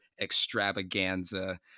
extravaganza